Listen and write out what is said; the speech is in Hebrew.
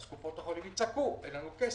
אז קופות החולים יצעקו: אין לנו כסף.